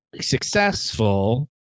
successful